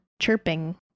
chirping